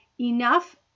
enough